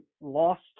lost